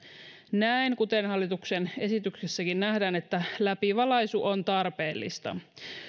näen kuten hallituksen esityksessäkin nähdään että läpivalaisu on tarpeellista